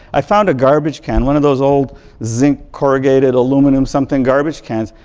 i found a garbage can, one of those old zinc corrugated aluminum something garbage cans,